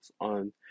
on